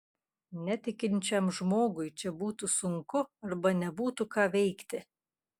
netikinčiam žmogui čia būtų sunku arba nebūtų ką veikti